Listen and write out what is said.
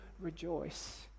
rejoice